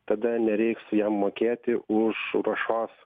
tada nereiks jam mokėti už ruošos